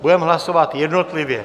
Budeme hlasovat jednotlivě.